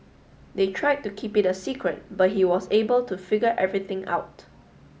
they tried to keep it a secret but he was able to figure everything out